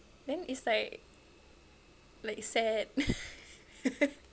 then it's like like sad